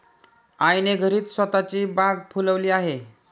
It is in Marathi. आईने घरीच स्वतःची बाग फुलवली आहे